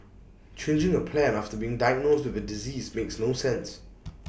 changing A plan after being diagnosed with A disease makes no sense